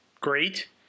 great